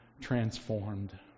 transformed